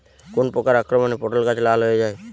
কোন প্রকার আক্রমণে পটল গাছ লাল হয়ে যায়?